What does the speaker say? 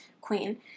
queen